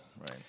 right